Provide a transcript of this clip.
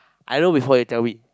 I know before you tell me